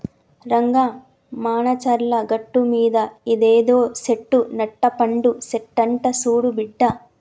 రంగా మానచర్ల గట్టుమీద ఇదేదో సెట్టు నట్టపండు సెట్టంట సూడు బిడ్డా